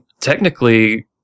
technically